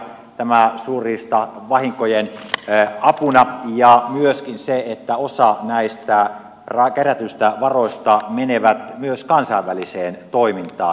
tämä on suuri ja vahinkojen estää suurriistavahingoissa ja myöskin se että osa näistä kerätyistä varoista menee kansainväliseen toimintaan